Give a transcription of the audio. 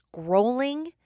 scrolling